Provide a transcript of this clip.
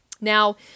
now